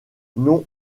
non